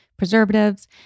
Preservatives